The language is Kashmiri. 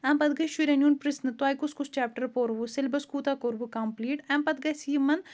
اَمہِ پَتہٕ گَژھِ شُرٮ۪ن یُن پِرٛژھنہٕ تۄہہِ کُس کُس چَپٹَر پوٚروُ سٮ۪لبَس کوٗتاہ کوٚروُ کَمپٕلیٖٹ اَمہِ پَتہٕ گژھِ یِمَن